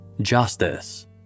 justice